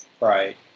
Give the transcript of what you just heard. Right